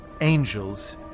Angels